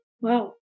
wow